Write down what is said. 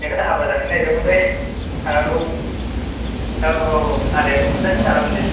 बेखायनो हाबा जाहैनो नागिरदोंमोनलै थांनांगौ औ औ औ आदायाबो मोनजागोन आरामसे